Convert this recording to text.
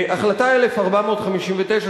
החלטה 1489,